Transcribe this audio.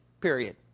Period